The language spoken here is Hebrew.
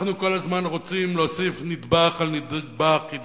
אנחנו כל הזמן רוצים להוסיף נדבך על נדבך כדי